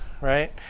right